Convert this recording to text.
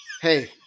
Hey